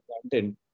content